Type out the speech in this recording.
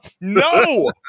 No